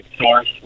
source